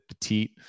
petite